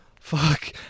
Fuck